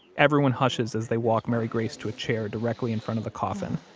everyone hushes as they walk mary grace to a chair directly in front of the coffin.